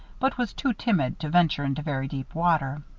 but was too timid to venture into very deep water.